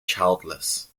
childless